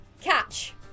catch